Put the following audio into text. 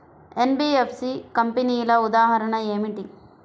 NBFC కంపెనీల ఉదాహరణ ఏమిటి?